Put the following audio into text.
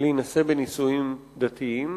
להינשא בנישואים דתיים